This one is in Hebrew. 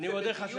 אם זה בדיור,